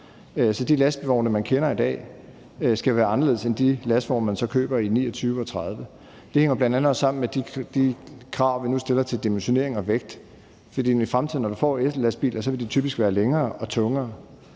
De lastvogne, man kender i dag, skal være anderledes end de lastvogne, man så køber i 2029 og 2030. Det hænger bl.a. også sammen med de krav, vi nu stiller til dimensionering og vægt, for når vi i fremtiden får ellastbiler, vil de typisk være længere og tungere.